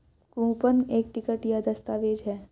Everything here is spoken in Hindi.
कूपन एक टिकट या दस्तावेज़ है